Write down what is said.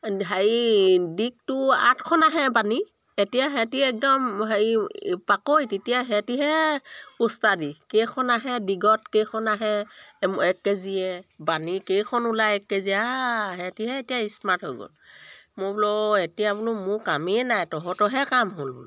হেৰি দিগটো আঠখন আহে বানী এতিয়া সিহঁতেই একদম হেৰি পাকৈত এতিয়া সিহঁতহে উস্তাদি কেইখন আহে দিগত কেইখন আহে এক কেজিয়ে বানী কেইখন ওলাই এক কেজি এতিয়া সিহঁতহে এতিয়া স্মাৰ্ট হৈ গ'ল মই বোলো অঁ এতিয়া বোলো মোৰ কামেই নাই তহঁতৰহে কাম হ'ল বোলো